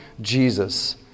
Jesus